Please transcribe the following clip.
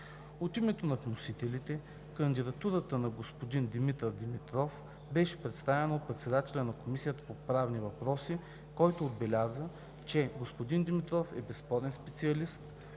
От името на вносителите кандидатурата на господин Димитър Димитров беше представена от председателя на Комисията по правни въпроси, който отбеляза, че господин Димитров е безспорен специалист,